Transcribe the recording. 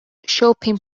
shopping